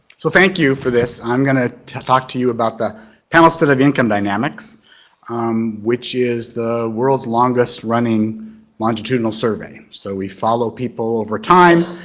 so thank you for this, i'm gonna talk to you about the panel study of income dynamics which is the world's longest running longitudinal survey. so we follow people over time,